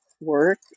work